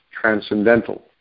transcendental